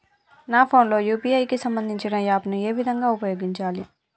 నా ఫోన్ లో యూ.పీ.ఐ కి సంబందించిన యాప్ ను ఏ విధంగా ఉపయోగించాలి?